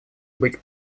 быть